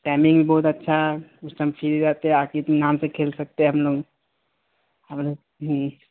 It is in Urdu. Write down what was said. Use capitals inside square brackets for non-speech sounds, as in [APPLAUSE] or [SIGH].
ٹائمنگ بھی بہت اچھا ہے اس سے ہم فری رہتے ہیں آ کے [UNINTELLIGIBLE] سے کھیل سکتے ہم لوگ ہم لوگ